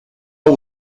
hau